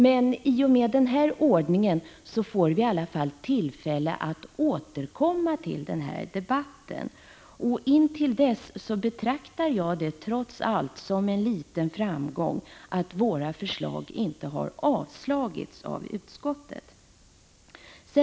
Men i och med den ordningen får vi i alla fall tillfälle att återkomma till denna debatt, och intill dess betraktar jag det trots allt som en liten framgång att våra förslag inte har avstyrkts av utskottet.